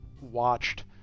watched